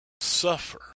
suffer